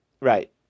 Right